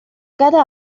cara